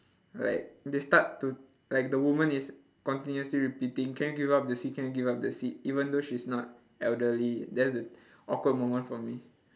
like they start to like the woman is continuously repeating can you give up the seat can you give up the seat even though she's not elderly that's an awkward moment for me